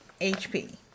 HP